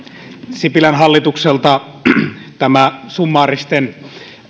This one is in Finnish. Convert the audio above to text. sipilän hallitukselta tämä summaaristen